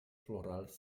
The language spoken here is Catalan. florals